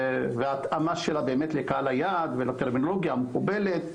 התאמתה לקהל היעד ולטרמינולוגיה המקובלת,